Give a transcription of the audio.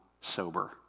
sober